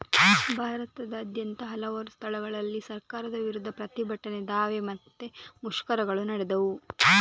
ಭಾರತದಾದ್ಯಂತ ಹಲವಾರು ಸ್ಥಳಗಳಲ್ಲಿ ಸರ್ಕಾರದ ವಿರುದ್ಧ ಪ್ರತಿಭಟನೆ, ದಾವೆ ಮತ್ತೆ ಮುಷ್ಕರಗಳು ನಡೆದವು